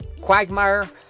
quagmire